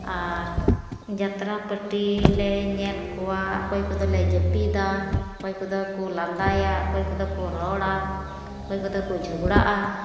ᱟᱨ ᱡᱟᱛᱨᱟ ᱯᱟᱴᱤ ᱞᱮ ᱧᱮᱞ ᱠᱚᱣᱟ ᱚᱠᱚᱭ ᱠᱚᱫᱚᱞᱮ ᱡᱟᱹᱯᱤᱫᱟ ᱚᱠᱚᱭ ᱠᱚᱫᱚ ᱠᱚ ᱞᱟᱸᱫᱟᱭᱟ ᱚᱠᱚᱭ ᱠᱚᱫᱚ ᱠᱚ ᱨᱚᱲᱟ ᱚᱠᱚᱭ ᱠᱚᱫᱚ ᱡᱷᱚᱜᱽᱲᱟᱜᱼᱟ